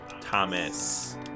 Thomas